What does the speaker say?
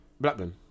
Blackburn